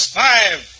five